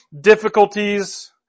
difficulties